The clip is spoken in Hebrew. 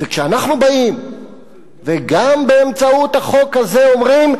וכשאנחנו באים וגם באמצעות החוק הזה אומרים,